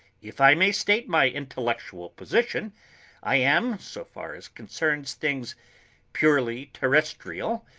if i may state my intellectual position i am, so far as concerns things purely terrestrial,